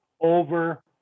over